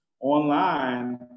online